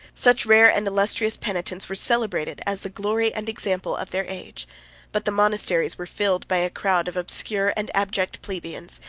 such rare and illustrious penitents were celebrated as the glory and example of their age but the monasteries were filled by a crowd of obscure and abject plebeians,